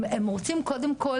הם רוצים קודם כל,